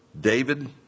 David